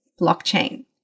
blockchain